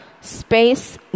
space